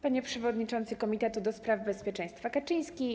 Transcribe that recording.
Panie Przewodniczący Komitetu do spraw Bezpieczeństwa Kaczyński!